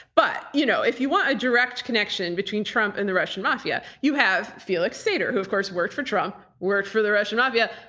but you know if you want a direct connection between trump and the russian mafia, you have felix sater, who of course worked for trump, worked for the russian mafia,